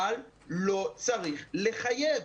אבל לא צריך לחייב,